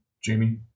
jamie